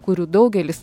kurių daugelis